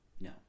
No